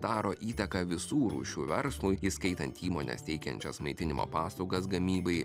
daro įtaką visų rūšių verslui įskaitant įmones teikiančias maitinimo paslaugas gamybai